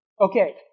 Okay